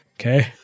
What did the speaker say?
Okay